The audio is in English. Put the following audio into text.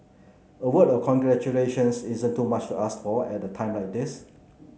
a word of congratulations isn't too much to ask for at a time like this